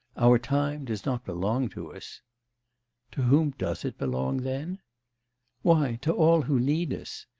our time does not belong to us to whom does it belong then why, to all who need us.